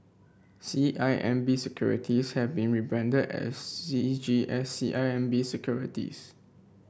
C I M B Securities have been rebranded as C G S C I M B Securities